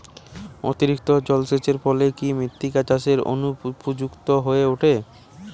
অতিরিক্ত জলসেচের ফলে কি মৃত্তিকা চাষের অনুপযুক্ত হয়ে ওঠে?